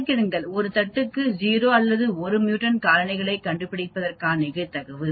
கணக்கிடுங்கள் ஒரு தட்டுக்கு 0 அல்லது 1 மீயூட்டன்ட் காலனியைக் கண்டுபிடிப்பதற்கான நிகழ்தகவு